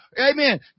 amen